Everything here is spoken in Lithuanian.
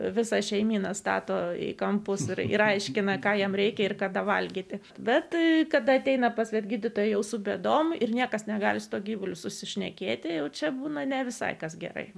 visą šeimyną stato į kampus ir aiškina ką jam reikia ir kada valgyti bet tai kada ateina pas gydytoją jau su bėdom ir niekas negali su tuo gyvuliu susišnekėti o čia būna ne visai tas gerai